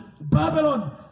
Babylon